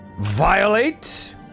violate